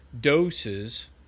doses